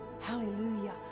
Hallelujah